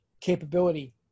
capability